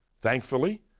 Thankfully